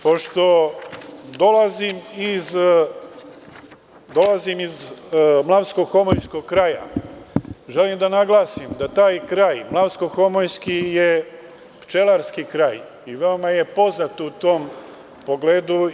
Pošto dolazim iz mlavsko-homoljskog kraja, želim da naglasim da taj kraj, mlavsko-homoljski je pčelarski kraj i vama je to poznato, u tom pogledu.